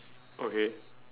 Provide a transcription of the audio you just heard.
okay